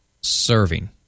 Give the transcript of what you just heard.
serving